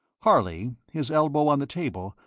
harley, his elbow on the table,